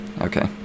Okay